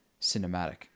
cinematic